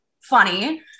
funny